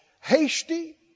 Hasty